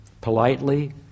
politely